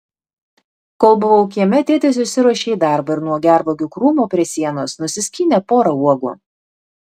kol buvau kieme tėtis išsiruošė į darbą ir nuo gervuogių krūmo prie sienos nusiskynė porą uogų